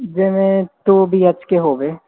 ਜਿਵੇਂ two B H K ਹੋਵੇ